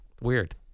Weird